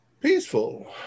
Peaceful